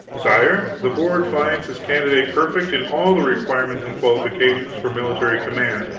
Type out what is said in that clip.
sire, the board finds this candidate perfect in all the requirements and qualifications for military command,